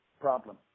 problem